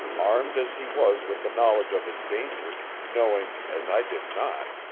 armed as he was with the knowledge of his danger, knowing, as i did not,